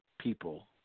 people